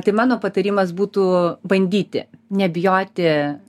tai mano patarimas būtų bandyti nebijoti